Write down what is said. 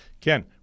Ken